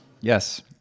Yes